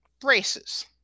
braces